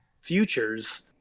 futures